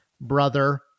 brother